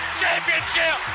championship